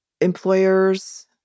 employers